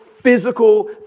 physical